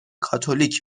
کاتولیک